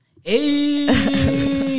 Hey